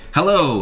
Hello